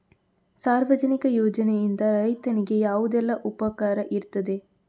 ಸಾರ್ವಜನಿಕ ಯೋಜನೆಯಿಂದ ರೈತನಿಗೆ ಯಾವುದೆಲ್ಲ ಉಪಕಾರ ಇರ್ತದೆ?